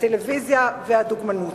הטלוויזיה והדוגמנות.